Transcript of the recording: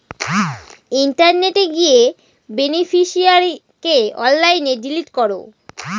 ইন্টারনেটে গিয়ে বেনিফিশিয়ারিকে অনলাইনে ডিলিট করো